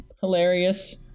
hilarious